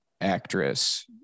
actress